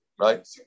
right